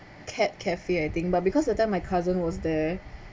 cat cafe I think but because that time my cousin was there